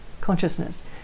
consciousness